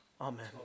Amen